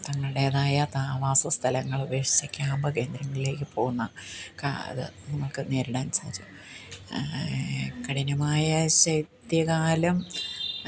തങ്ങളുടേതായ താമസ സ്ഥലങ്ങള് ഉപേക്ഷിച്ച് ക്യാമ്പ് കേന്ദ്രങ്ങളിലേക്ക് പോകുന്ന കാ അത് നമുക്ക് നേരിടാൻ സാധിച്ചു കഠിനമായ ശൈത്യകാലം